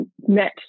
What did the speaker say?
met